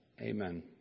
Amen